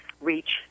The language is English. reach